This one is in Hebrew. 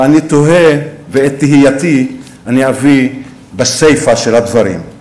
ואני תוהה, ואת תהייתי אני אביא בסיפה של הדברים.